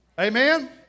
Amen